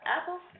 Apple